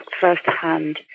first-hand